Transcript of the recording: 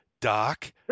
Doc